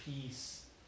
peace